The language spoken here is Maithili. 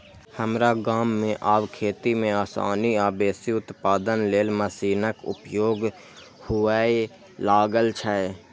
हमरा गाम मे आब खेती मे आसानी आ बेसी उत्पादन लेल मशीनक उपयोग हुअय लागल छै